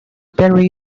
very